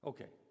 Okay